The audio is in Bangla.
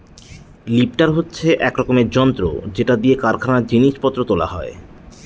লিফ্টার হচ্ছে এক রকমের যন্ত্র যেটা দিয়ে কারখানায় জিনিস পত্র তোলা হয়